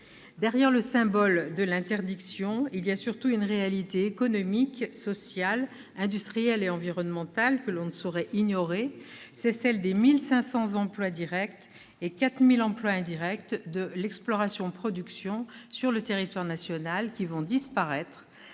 Derrière le symbole de l'interdiction, il y a surtout une réalité économique, sociale, industrielle et environnementale que l'on ne saurait ignorer, celle des 1 500 emplois directs et 4 000 emplois indirects de l'exploration-production sur le territoire national qui vont disparaître